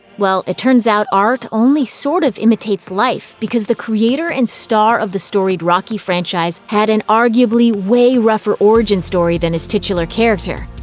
well, it turns out art only sort of imitates life, because the creator and star of the storied rocky franchise had an arguably way rougher origin story than his titular character.